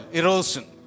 erosion